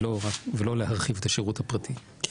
ולא להרחיב את השירות הפרטי.